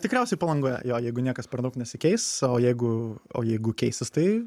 tikriausiai palangoje jo jeigu niekas per daug nesikeis o jeigu o jeigu keisis tai